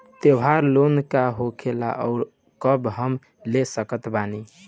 त्योहार लोन का होखेला आउर कब हम ले सकत बानी?